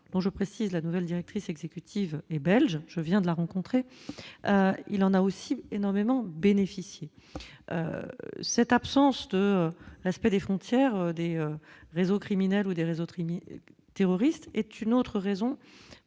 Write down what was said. dont je précise, la nouvelle directrice exécutive et belge, je viens de la rencontrer, il en a aussi énormément bénéficié cette absence de respect des frontières des réseaux criminels ou des réseaux Trigny terroriste est une autre raison